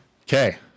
Okay